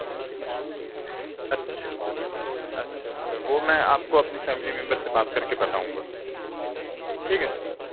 اچھ اچھا اچھا وہ میں آپ کو اپنی فیملی ممبر سے بات کر کے بتاؤں گا ٹھیک ہے سر